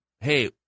hey